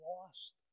lost